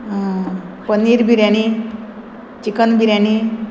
आं पनीर बिरयानी चिकन बिरयानी